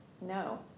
no